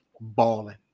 balling